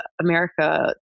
America